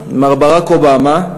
מר ברק אובמה: